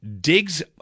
digs